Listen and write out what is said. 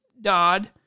Dodd